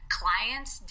clients